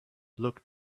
look